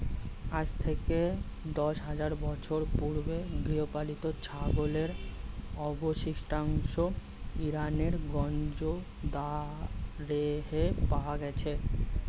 আজ থেকে দশ হাজার বছর পূর্বে গৃহপালিত ছাগলের অবশিষ্টাংশ ইরানের গঞ্জ দারেহে পাওয়া গেছে